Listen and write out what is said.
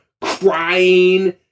crying